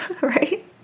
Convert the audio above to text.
right